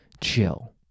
Chill